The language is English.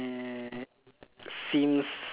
uh seems